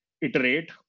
iterate